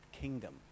Kingdom